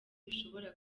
bishobora